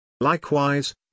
Likewise